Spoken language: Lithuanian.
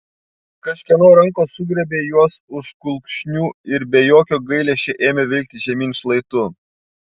kažkieno rankos sugriebė juos už kulkšnių ir be jokio gailesčio ėmė vilkti žemyn šlaitu